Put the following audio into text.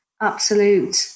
absolute